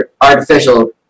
artificial